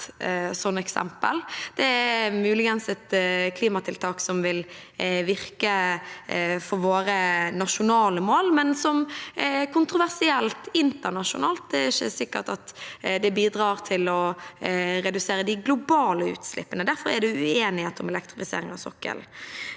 Det er muligens et klimatiltak som vil virke for våre nasjonale mål, men det er kontroversielt internasjonalt. Det er ikke sikkert at det bidrar til å redusere de globale utslippene. Derfor er det uenighet om elektrifisering av sokkelen.